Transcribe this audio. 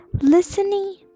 listening